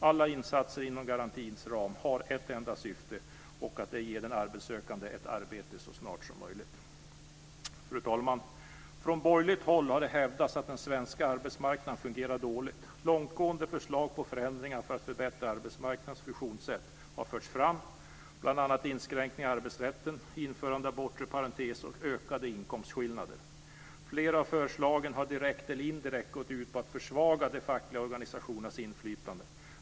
Alla insatser inom garantins ram har ett enda syfte, att ge den arbetssökande ett arbete så snart som möjligt. Fru talman! Från borgerligt håll har det hävdats att den svenska arbetsmarknaden fungerar dåligt. Långtgående förslag på förändringar för att förbättra arbetsmarknadens funktionssätt har förts fram, bl.a. inskränkningar i arbetsrätten, införande av bortre parentes och ökade inkomstskillnader. Flera av förslagen har direkt eller indirekt gått ut på att försvaga de fackliga organisationernas inflytande.